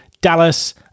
Dallas